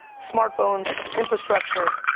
smartphones, infrastructure,